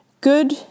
good